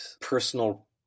personal